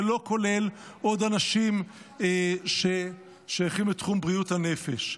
זה לא כולל עוד אנשים ששייכים לתחום בריאות הנפש.